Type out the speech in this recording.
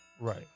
right